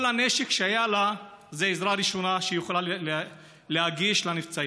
כל הנשק שהיה לה זה עזרה ראשונה שהיא יכולה להגיש לנפצעים.